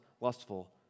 lustful